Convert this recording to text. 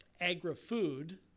agri-food